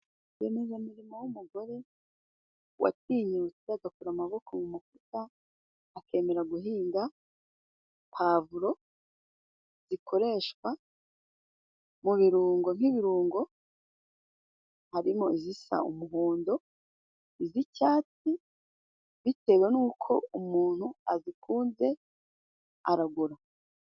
Rwiyemezamirimo w'umugore watinyutse agakura amaboko mu mufuta, akemera guhinga pavuro zikoreshwa mu birungo nk'ibirungo. Harimo izisa umuhondo, iz'icyatsi, bitewe n uko umuntu abikunze aragura.